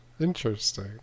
Interesting